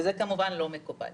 וזה כמובן לא מקובל.